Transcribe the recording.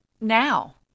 now